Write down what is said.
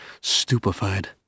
stupefied